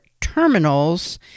terminals